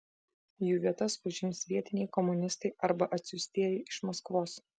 jų vietas užims vietiniai komunistai arba atsiųstieji iš maskvos